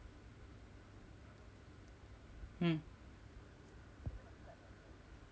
mm